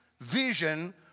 vision